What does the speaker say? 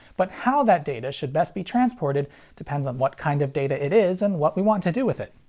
but how that data should best be transported depends on what kind of data it is and what we want to do with it.